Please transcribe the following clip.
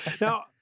Now